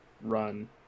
run